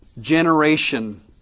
generation